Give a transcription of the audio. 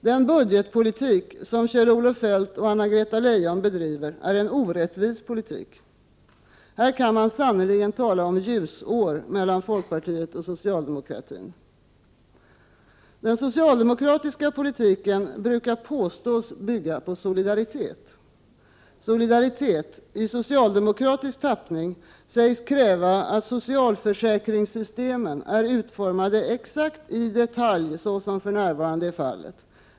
Den budgetpolitik som Kjell-Olof Feldt och Anna-Greta Leijon bedriver är en orättvis politik. Här kan man sannerligen tala om ljusår mellan folkpartiet och socialdemokratin. Den socialdemokratiska politiken brukar påstås bygga på solidaritet. Solidariteten — i socialdemokratisk tappning — sägs kräva att socialförsäkringssystemen är utformade exakt i detalj så som för närvarande är fallet.